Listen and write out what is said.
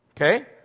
Okay